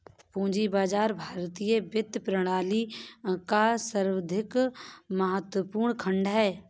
पूंजी बाजार भारतीय वित्तीय प्रणाली का सर्वाधिक महत्वपूर्ण खण्ड है